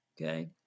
Okay